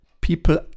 people